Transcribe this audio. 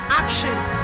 actions